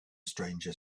stranger